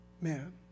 man